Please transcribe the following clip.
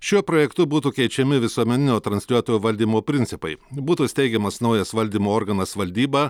šiuo projektu būtų keičiami visuomeninio transliuotojo valdymo principai būtų steigiamas naujas valdymo organas valdyba